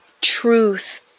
truth